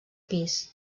pis